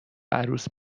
عروس